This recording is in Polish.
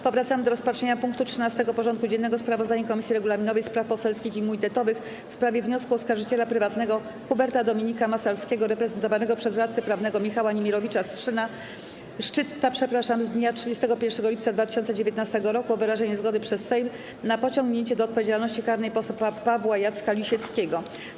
Powracamy do rozpatrzenia punktu 13. porządku dziennego: Sprawozdanie Komisji Regulaminowej, Spraw Poselskich i Immunitetowych w sprawie wniosku oskarżyciela prywatnego Huberta Dominika Massalskiego reprezentowanego przez radcę prawnego Michała Niemirowicza-Szczytta z dnia 31 lipca 2019 r. o wyrażenie zgody przez Sejm na pociągnięcie do odpowiedzialności karnej posła Pawła Jacka Lisieckiego.